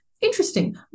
Interesting